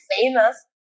famous